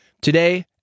Today